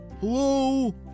Hello